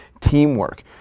teamwork